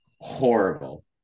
horrible